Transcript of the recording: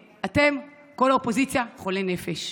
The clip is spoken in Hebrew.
אתם, כל האופוזיציה, "חולי נפש".